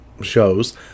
shows